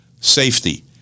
safety